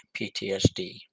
PTSD